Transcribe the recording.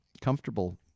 comfortable